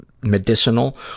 medicinal